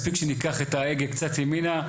מספיק שניקח את ההגה קצת קדימה.